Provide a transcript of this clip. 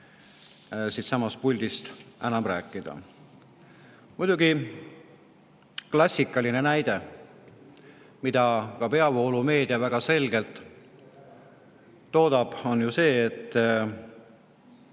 siitsamast puldist enam rääkida. Muidugi klassikaline näide, mida ka peavoolumeedia väga selgelt toodab, on ju see, et